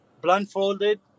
blindfolded